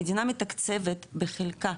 המדינה מתקצבת בחלקה,